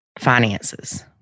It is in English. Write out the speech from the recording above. finances